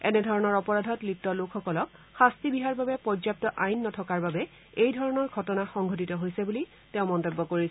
এনেধৰণৰ অপৰাধত লিপ্ত লোকসকলক শাস্তি বিহাৰ বাবে পৰ্যাপ্ত আইন নথকাৰ বাবেই এই ধৰণৰ ঘটনা সংঘটিত হৈছে বুলি তেওঁ মন্তব্য কৰিছে